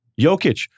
Jokic